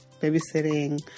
babysitting